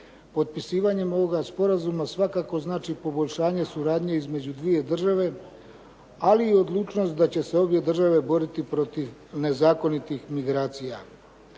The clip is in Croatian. Potpisivanje ovoga sporazuma svakako znači poboljšanje suradnje između dvije države, ali i odlučnost da će se obje države boriti protiv nezakonitih migracija.